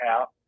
out